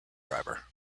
driver